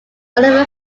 oliver